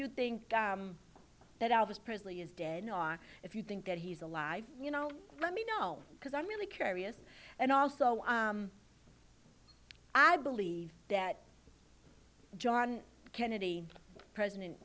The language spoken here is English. you think that i was personally is dead if you think that he's alive you know let me know because i'm really curious and also i believe that john kennedy president